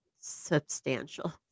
substantial